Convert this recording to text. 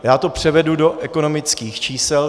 Já to převedu do ekonomických čísel.